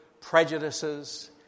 prejudices